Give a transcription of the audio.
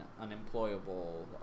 unemployable